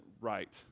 right